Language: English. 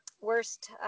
worst